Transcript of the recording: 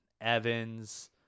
Evans